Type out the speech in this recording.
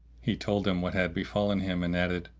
he told them what had befallen him and added,